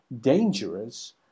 dangerous